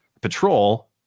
patrol